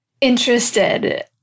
interested